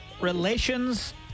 relations